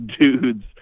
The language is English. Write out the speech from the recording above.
dudes